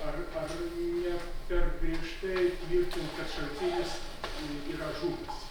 ar ar ne per griežtai tvirtint kad šaltinis yra žuvęs